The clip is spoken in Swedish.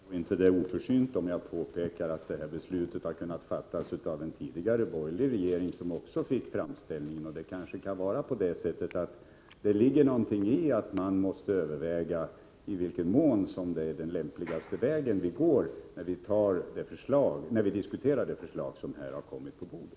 Herr talman! Jag tror inte att det är oförsynt om jag påpekar att beslutet hade kunnat fattas av en tidigare, borgerlig regering, som fick samma framställning. Det ligger kanske någonting i att man i diskussionerna måste överväga om den väg som anvisas i det förslag som ligger på bordet är den lämpligaste.